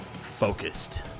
focused